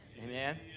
Amen